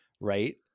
right